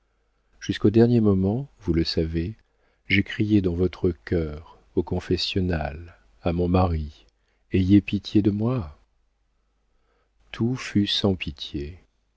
jusqu'au dernier moment vous le savez j'ai crié dans votre cœur au confessionnal à mon mari ayez pitié de moi tout fut sans pitié